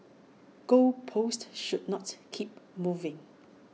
goal posts should not keep moving